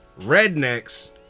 rednecks